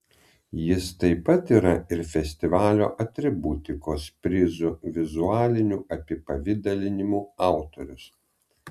jis taip pat yra ir festivalio atributikos prizų vizualinių apipavidalinimų autorius